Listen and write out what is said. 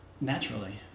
naturally